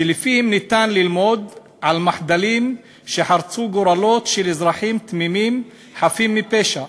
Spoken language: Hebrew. שמהם ניתן ללמוד על מחדלים שחרצו גורלות של אזרחים תמימים חפים מפשע